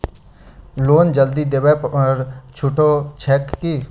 Loan जल्दी देबै पर छुटो छैक की?